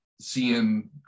seeing